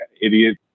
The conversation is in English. idiot